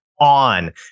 on